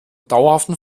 dauerhaften